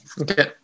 Okay